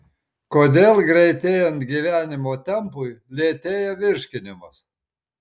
kodėl greitėjant gyvenimo tempui lėtėja virškinimas